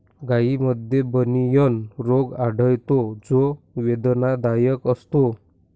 गायींमध्ये बनियन रोग आढळतो जो वेदनादायक असतो